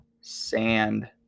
Sand